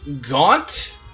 gaunt